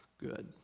Good